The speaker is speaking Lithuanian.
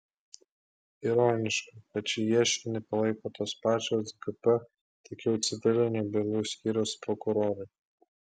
ironiška kad šį ieškinį palaiko tos pačios gp tik jau civilinių bylų skyriaus prokurorai